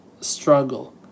struggle